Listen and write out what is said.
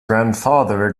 grandfather